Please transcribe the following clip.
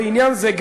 בעניין הזה,